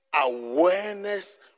awareness